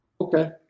Okay